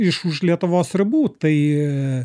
iš už lietuvos ribų tai